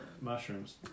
mushrooms